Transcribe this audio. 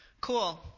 cool